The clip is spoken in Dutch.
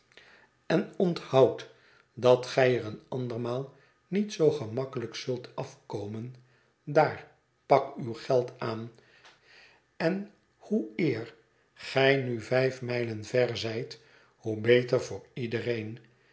en onthoud dat gij er een andermaal niet zoo gemakkelijk zult afkomen daar pak uw geld aan en hoe eer gij nu vijf mijlen ver zijt hoe beter voor iedereen